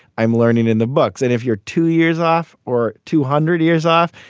i'm learning in the books. and if you're two years off or two hundred years off,